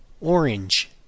orange